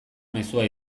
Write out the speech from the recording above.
mezua